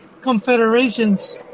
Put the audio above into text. confederations